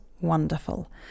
wonderful